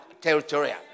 territorial